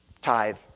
tithe